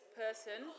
person